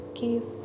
give